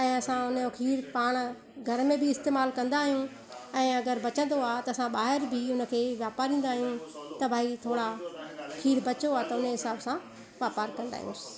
ऐं असां हुनजो खीर पाण घर में बि इस्तेमाल कंदा आहियूं ऐं अगरि बचंदो आहे त असां ॿाहिरि बि हुन खे वापारींदा आहियूं त भाई थोरा खीर बचो आहे त हुनजे हिसाब सां वापार कंदा आहियूं